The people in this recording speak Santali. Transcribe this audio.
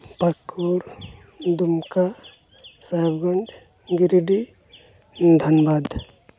ᱯᱟᱸᱠᱩᱲ ᱫᱩᱢᱠᱟ ᱥᱟᱦᱮᱵᱽᱜᱚᱸᱡᱽ ᱜᱤᱨᱤᱰᱤ ᱫᱷᱟᱱᱵᱟᱫᱽ